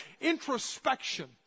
introspection